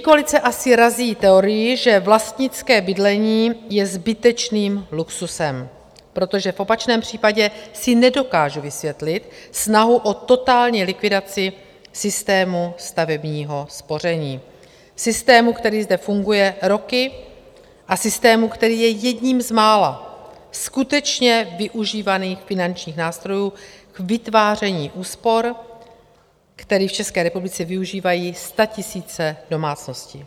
Pětikoalice asi razí teorii, že vlastnické bydlení je zbytečným luxusem, protože v opačném případě si nedokážu vysvětlit snahu o totální likvidaci systému stavebního spoření, systému, který zde funguje roky, systému, který je jedním z mála skutečně využívaných finančních nástrojů k vytváření úspor, který v České republice využívají statisíce domácností.